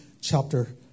chapter